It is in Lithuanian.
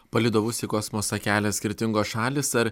palydovus į kosmosą kelia skirtingos šalys ar